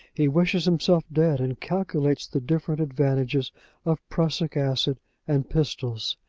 he wishes himself dead, and calculates the different advantages of prussic acid and pistols.